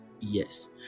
Yes